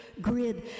grid